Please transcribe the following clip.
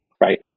right